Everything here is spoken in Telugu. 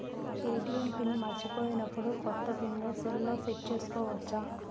ఏ.టీ.ఎం పిన్ మరచిపోయినప్పుడు, కొత్త పిన్ సెల్లో సెట్ చేసుకోవచ్చా?